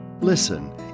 Listen